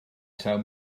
taw